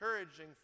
encouraging